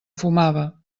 fumava